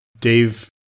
Dave